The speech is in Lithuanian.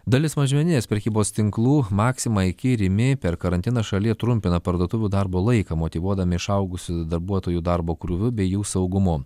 dalis mažmeninės prekybos tinklų maxima iki rimi per karantiną šalyje trumpina parduotuvių darbo laiką motyvuodami išaugusiu darbuotojų darbo krūviu bei jų saugumu